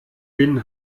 bin